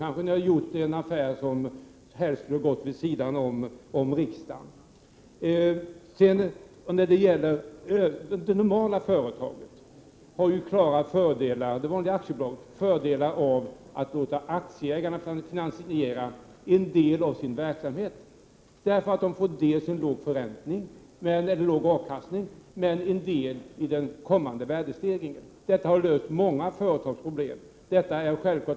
Då Nyskonomiskstyrning hade det alltså kanske blivit affär av — och kanske helst vid sidan av riksdagen. För ett vanligt aktiebolag är det klart fördelaktigt om aktieägarna finansierar en del av verksamheten. Avkastningen blir då låg. Dessutom får man del i den kommande värdestegringen. På det sättet har många företag löst sina problem.